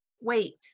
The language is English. Wait